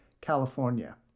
California